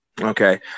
Okay